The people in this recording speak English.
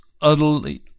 utterly